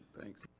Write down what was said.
thanks.